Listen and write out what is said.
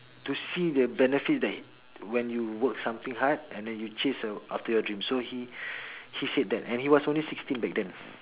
to see the benefit that when you work something hard and then you chase uh after your dreams so he he said that and he was only sixteen back then